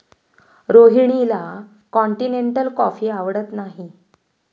रोहिणीला continental coffee आवडत नाही